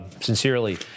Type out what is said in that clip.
sincerely